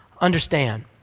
Understand